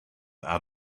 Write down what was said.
out